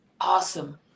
awesome